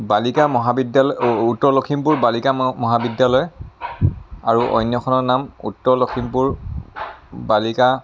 বালিকা মহাবিদ্যালয় উত্তৰ লক্ষীমপুৰ বালিকা মহাবিদ্যালয় আৰু অন্যখনৰ নাম উত্তৰ লক্ষীমপুৰ বালিকা